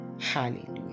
Hallelujah